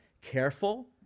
Careful